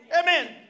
Amen